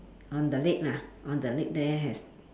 on the lake lah on the lake there has